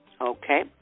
okay